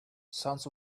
sounds